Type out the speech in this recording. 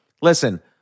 listen